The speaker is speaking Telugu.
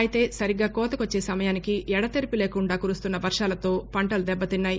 అయితే సరిగ్గా కోతకొచ్చే సమయానికి ఎడతెరిపి లేకుండా కురుస్తున్న వర్వాలతో పంటలు దిబ్బతిన్నాయి